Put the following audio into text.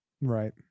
Right